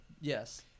Yes